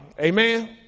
Amen